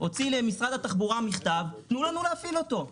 הוציא למשרד התחבורה מכתב, תנו לנו להפעיל אותו.